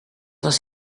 was